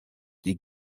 die